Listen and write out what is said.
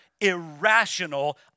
irrational